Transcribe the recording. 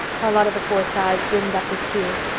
charlotta the fourth's eyes brimmed up with tears.